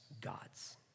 gods